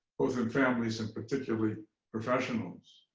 both in families and particularly professionals.